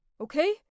okay